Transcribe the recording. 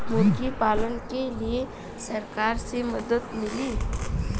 मुर्गी पालन के लीए सरकार से का मदद मिली?